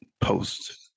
post